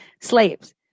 Slaves